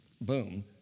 boom